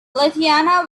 lithuania